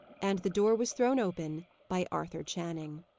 and the door was thrown open by arthur channing.